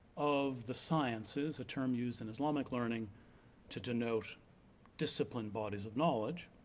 of the sciences, a term used in islamic learning to denote disciplined bodies of knowledge